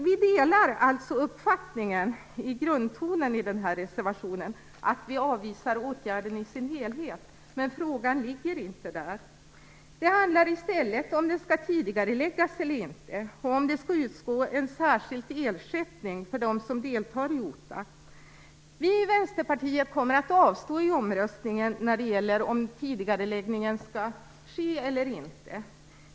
Vi delar alltså grunduppfattningen i den här reservationen och avvisar åtgärden i dess helhet, men frågan ligger inte där. Den handlar i stället om åtgärden skall tidigareläggas eller inte och om det skall utgå en särskild ersättning till dem som deltar i OTA. Vi i Vänsterpartiet kommer att avstå i omröstningen om tidigareläggningen.